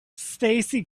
stacey